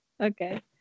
Okay